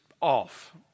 off